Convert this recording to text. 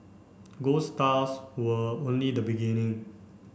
gold stars were only the beginning